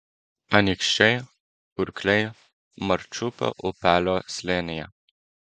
anykščiai kurkliai marčiupio upelio slėnyje